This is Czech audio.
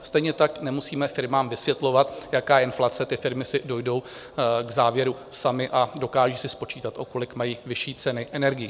Stejně tak nemusíme firmám vysvětlovat, jaká je inflace, ty firmy si dojdou k závěru samy a dokážou si spočítat, o kolik mají vyšší ceny energií.